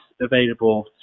available